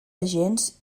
agents